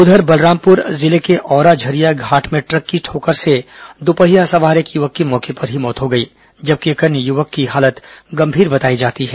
उधर बलरामपुर जिले के औराझरिया घाट में ट्र क की ठोकर से दुपहिया सवार एक युवक की मौके पर ही मौत हो गई जबकि एक अन्य युवक की हालत गंभीर बताई जाती है